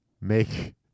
make